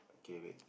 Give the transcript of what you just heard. okay wait